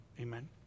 amen